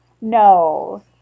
no